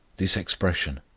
this expression,